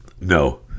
No